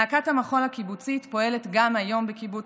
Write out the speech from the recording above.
להקת המחול הקיבוצית פועלת גם היום בקיבוץ